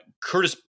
Curtis